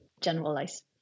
generalize